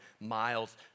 miles